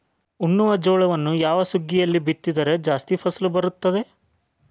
ಉಣ್ಣುವ ಜೋಳವನ್ನು ಯಾವ ಸುಗ್ಗಿಯಲ್ಲಿ ಬಿತ್ತಿದರೆ ಜಾಸ್ತಿ ಫಸಲು ಬರುತ್ತದೆ?